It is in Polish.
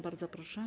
Bardzo proszę.